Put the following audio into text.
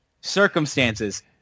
circumstances